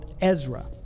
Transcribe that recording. Ezra